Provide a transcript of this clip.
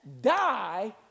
die